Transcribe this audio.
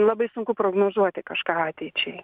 labai sunku prognozuoti kažką ateičiai